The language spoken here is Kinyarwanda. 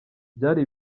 byari